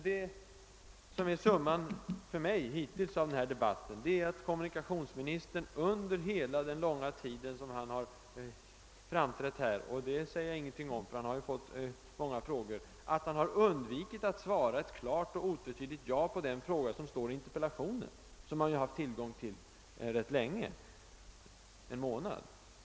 Det väsentliga för mig i den här debatten hittills är att kommunikationsministern under hela den tid han framträtt här har undvikit att ge ett klart och otvetydigt ja på den fråga som står i interpellationen, vilken han ju haft tillgång till rätt länge — en månad.